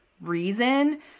reason